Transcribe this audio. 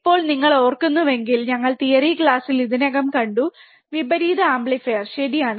ഇപ്പോൾ നിങ്ങൾ ഓർക്കുന്നുവെങ്കിൽ ഞങ്ങൾ തിയറി ക്ലാസിൽ ഇതിനകം കണ്ടു വിപരീത ആംപ്ലിഫയർ ശരിയാണ്